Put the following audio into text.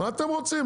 מה אתם רוצים?